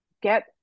get